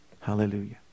Hallelujah